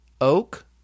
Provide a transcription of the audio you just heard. oak